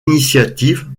initiative